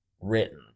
written